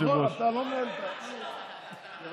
אתה לא מנהל את, תירגע.